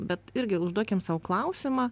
bet irgi užduokim sau klausimą